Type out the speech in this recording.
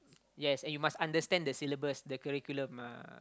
yes and you must understand the syllabus the curriculum